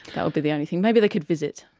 that would be the only thing. maybe they could visit.